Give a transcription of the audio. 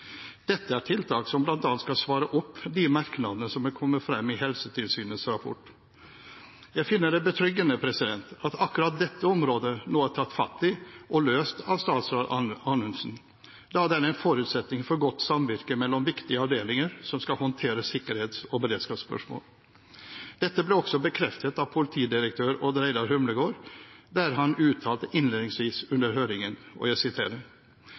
Dette er tiltak som bl.a. skal svare opp de merknadene som er kommet frem i Helsetilsynets rapport. Jeg finner det betryggende at akkurat dette området nå er tatt fatt i og løst av statsråd Anundsen, da det er en forutsetning for godt samvirke mellom viktige avdelinger som skal håndtere sikkerhets- og beredskapsspørsmål. Dette ble også bekreftet av politidirektør Odd Reidar Humlegård, der han uttalte innledningsvis under høringen: «Endring i departementets interne organisering av samfunnssikkerhets- og